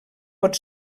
pot